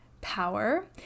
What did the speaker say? power